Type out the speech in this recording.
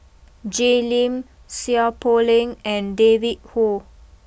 Jay Lim Seow Poh Leng and David Kwo